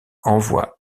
envoient